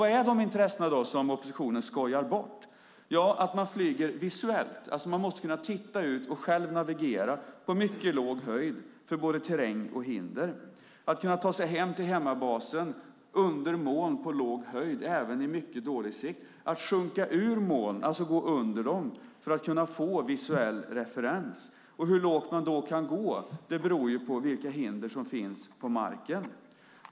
Vad är då de intressen som oppositionen skojar bort? Man måste kunna titta ut och själv navigera på mycket låg höjd för både terräng och hinder och kunna ta sig hem till hemmabasen under moln på låg höjd även i mycket dålig sikt, att sjunka ur moln, det vill säga att gå under dem för att kunna få visuell referens. Hur lågt man då kan gå beror på vilka hinder som finns på marken.